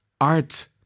art